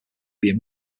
could